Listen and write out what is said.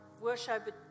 worship